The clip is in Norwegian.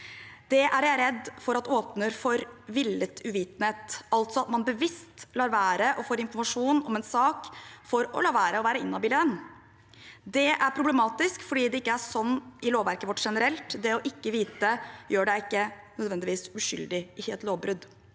Det er jeg redd for at åpner for villet uvitenhet – altså at man bevisst lar være å få informasjon om en sak for å la være å være inhabil i den. Det er problematisk, for det er ikke sånn i lovverket vårt generelt. Det ikke å vite gjør en ikke nødvendigvis uskyldig i et lovbrudd.